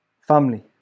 family